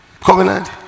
covenant